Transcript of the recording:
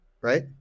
right